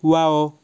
wow